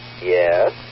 Yes